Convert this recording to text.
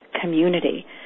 community